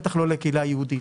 בטח לא לקהילה יהודית,